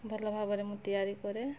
ଭଲ ଭାବରେ ମୁଁ ତିଆରି କରେ